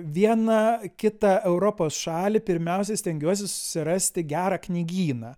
vieną kitą europos šalį pirmiausia stengiuosi susirasti gerą knygyną